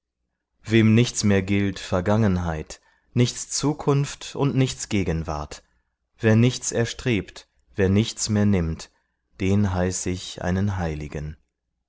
wem nichts mehr gilt vergangenheit nichts zukunft und nichts gegenwart wer nichts erstrebt wer nichts mehr nimmt den heiß ich einen heiligen